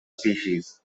species